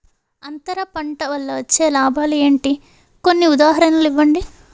అంతర పంట వల్ల వచ్చే లాభాలు ఏంటి? కొన్ని ఉదాహరణలు ఇవ్వండి?